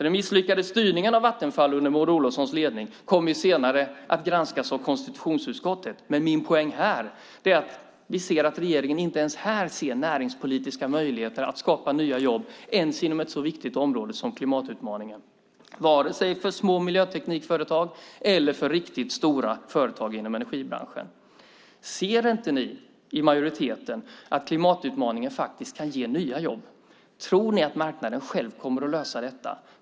Den misslyckade styrningen av Vattenfall under Maud Olofssons ledning kommer senare att granskas av konstitutionsutskottet, men min poäng här är att vi ser att regeringen inte ens här ser näringspolitiska möjligheter att skapa nya jobb ens inom ett så viktigt område som klimatutmaningen, varken för små miljöteknikföretag eller för riktigt stora företag inom energibranschen. Ser inte ni i majoriteten att klimatutmaningen faktiskt kan ge nya jobb? Tror ni att marknaden själv kommer att lösa detta?